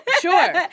sure